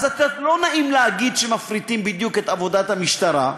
אז לא נעים להגיד שמפריטים בדיוק את עבודת המשטרה.